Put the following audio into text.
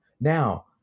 Now